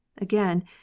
Again